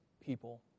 people